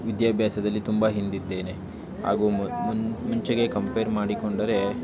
ವಿದ್ಯಾಭ್ಯಾಸದಲ್ಲಿ ತುಂಬ ಹಿಂದಿದ್ದೇನೆ ಹಾಗೂ ಮುಂಚೆಗೆ ಕಂಪೇರ್ ಮಾಡಿಕೊಂಡರೆ